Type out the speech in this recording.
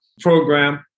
program